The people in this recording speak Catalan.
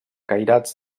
cairats